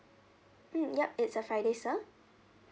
mm ya it's a friday sir